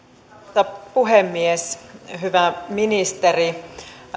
arvoisa puhemies hyvä ministeri